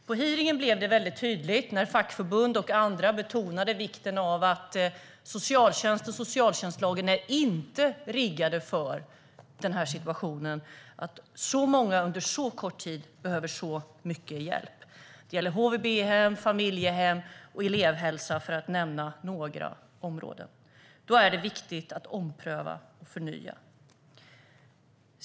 På hearingen blev det väldigt tydligt när fackförbund och andra betonade att socialtjänst och socialtjänstlagen inte är riggade för den här situationen - när så många under så kort tid behöver så mycket hjälp. Det gäller HVB, familjehem och elevhälsa, för att nämna några områden. Då är det viktigt att ompröva och förnya.